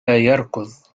يركض